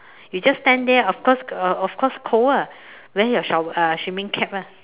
you just stand there of course uh of course cold ah wear your shower uh swimming cap ah